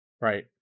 Right